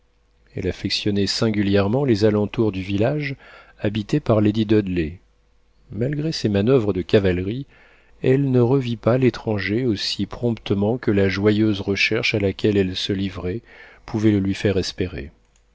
elle affectionnait singulièrement les alentours du village habité par lady dudley malgré ses manoeuvres de cavalerie elle ne revit pas l'étranger aussi promptement que la joyeuse recherche à laquelle elle se livrait pouvait le lui faire espérer